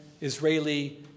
Israeli